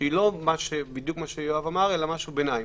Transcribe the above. שהיא לא בדיוק מה שיואב אמר אלא משהו ביניים.